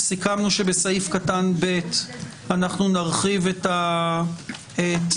סיכמנו שבסעיף (ב) אנחנו נרחיב את התנאים